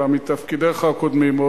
אלא מתפקידיך עוד הקודמים,